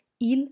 Il